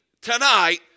tonight